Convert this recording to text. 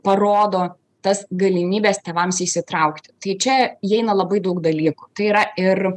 parodo tas galimybes tėvams įsitraukti tai čia įeina labai daug dalykų tai yra ir